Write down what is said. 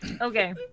Okay